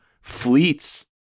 fleets